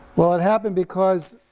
well, it happened because